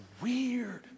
weird